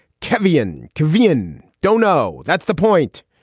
kevin, kevin. don't know. that's the point.